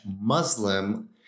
Muslim